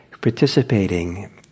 participating